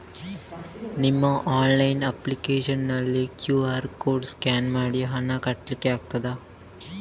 ನಿಮ್ಮ online application ನಲ್ಲಿ QR code scan ಮಾಡಿ ಹಣ ಕಟ್ಲಿಕೆ ಆಗ್ತದ?